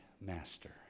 master